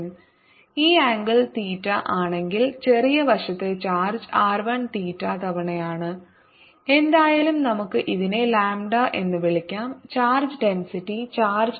r2θλr2n r1θλr1n 0If n1 ⟹ E∝1r ഈ angle theta ആണെങ്കിൽ ചെറിയ വശത്തെ ചാർജ് r 1 തീറ്റ തവണയാണ് എന്തായാലും നമുക്ക് ഇതിനെ ലാംഡ എന്ന് വിളിക്കാം ചാർജ് ഡെൻസിറ്റി ചാർജ്